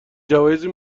جوایزی